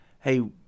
hey